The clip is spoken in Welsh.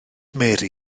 mary